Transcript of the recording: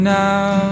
now